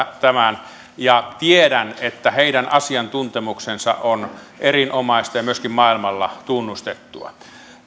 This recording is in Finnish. tämän tiedän että heidän asiantuntemuksensa on erinomaista ja myöskin maailmalla tunnustettua